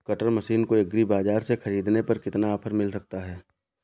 Cutter machine को agri बाजार से ख़रीदने पर कितना ऑफर मिल सकता है?